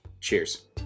Cheers